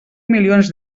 milions